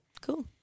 Cool